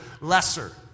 lesser